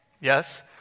yes